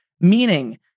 meaning